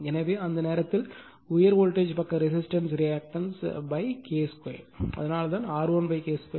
எனவே அந்த நேரத்தில் உயர் வோல்டேஜ் பக்க ரெசிஸ்டன்ஸ் ரியாக்டன்ஸ் K2 அதனால்தான் R1 K2